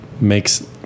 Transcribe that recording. makes